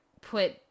put